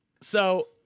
So-